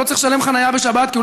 הוא לא צריך לשלם חניה בשבת כי הוא